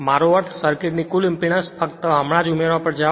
મારો અર્થ સર્કિટની કુલ ઇંપેડન્સ ફક્ત હમણાં જ ઉમેરવા પર જાઓ